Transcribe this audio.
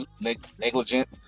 negligent